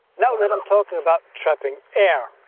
now that i'm talking about trapping air.